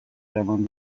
eraman